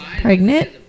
Pregnant